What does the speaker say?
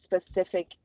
specific